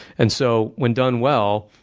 and so when done well,